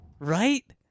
Right